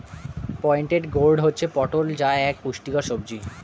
pointed gourd হচ্ছে পটল যা এক পুষ্টিকর সবজি